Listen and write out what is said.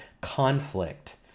conflict